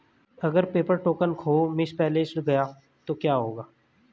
अगर paper token खो misplaced गया तो क्या होगा?